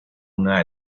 una